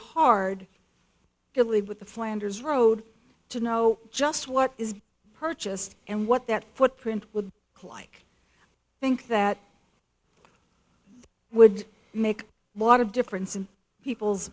hard to leave with the flanders road to know just what is purchased and what that footprint would like think that it would make a lot of difference in people's